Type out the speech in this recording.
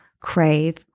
crave